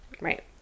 Right